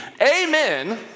Amen